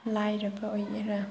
ꯂꯥꯏꯔꯕ ꯑꯣꯏꯒꯦꯔꯥ